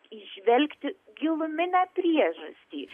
įžvelgti giluminę priežastį